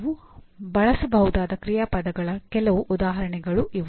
ನೀವು ಬಳಸಬಹುದಾದ ಕ್ರಿಯಾಪದಗಳ ಕೆಲವು ಉದಾಹರಣೆಗಳು ಇವು